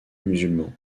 musulman